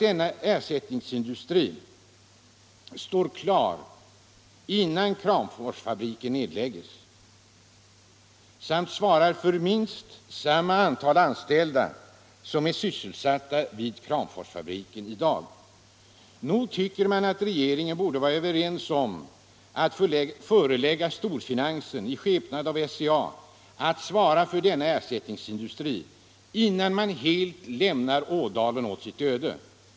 Denna ersättningsindustri bör stå klar innan Kramforsfabriken nedlägges, och den bör kunna ta emot minst samma antal anställda som är sysselsatta vid Kramforsfabriken i dag. Nog tycker man att regeringen borde vara införstådd med kravet att förelägga storfinansen, i skepnad av SCA, att svara för denna ersättningsindustri innan man helt lämnar Ådalen åt sitt öde.